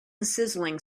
sizzling